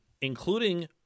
including